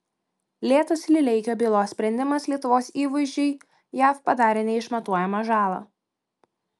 lėtas lileikio bylos sprendimas lietuvos įvaizdžiui jav padarė neišmatuojamą žalą